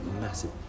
massive